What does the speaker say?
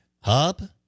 Hub